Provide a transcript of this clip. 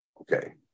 Okay